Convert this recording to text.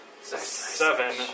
seven